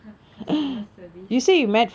customer service